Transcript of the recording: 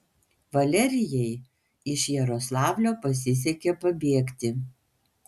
valerijai iš jaroslavlio pasisekė pabėgti